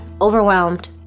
overwhelmed